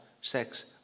sex